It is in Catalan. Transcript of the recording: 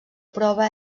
prova